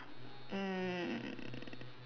um